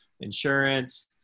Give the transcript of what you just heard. insurance